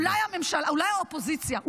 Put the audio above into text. אולי האופוזיציה,